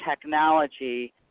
technology